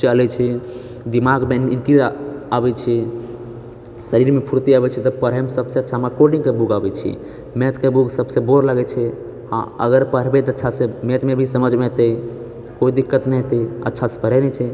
चलै छै दिमागमे इनक्रीज आबै छै शरीरमे फुर्ती अबै छै तऽ पढ़ैमे सबसँ अच्छा हमरा कोडिङ्गके बुक अबै छै मैथके बुक सबसँ बोर लगै छै हँ अगर पढ़बै तऽ अच्छासँ मैथमे भी समझमे एतै कोइ दिक्कत नहि हेतै अच्छासँ पढ़ै नहि छै